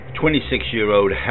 26-year-old